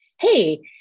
hey